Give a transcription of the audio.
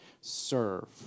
Serve